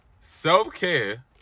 Self-care